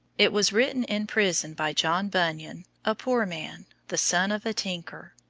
it was written in prison by john bunyan, a poor man, the son of a tinker.